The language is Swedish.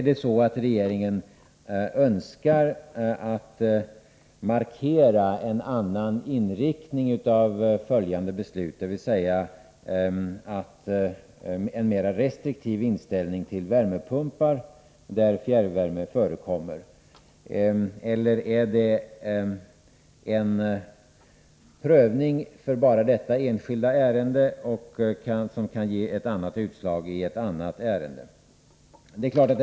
Önskar regeringen till ledning för följande fall markera en mera restriktiv inställning till värmepumpar i kommuner där fjärrvärme förekommer, eller är det fråga om ett utslag som har konsekvenser bara för det berörda ärendet? I det senare fallet kan ju utslaget i ett annat ärende komma att gå i en annan riktning.